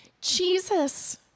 Jesus